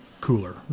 cooler